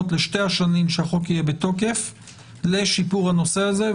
לשתי השנים שהחוק יהיה בתוקף לשיפור הנושא הזה.